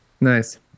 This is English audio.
nice